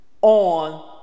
on